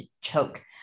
choke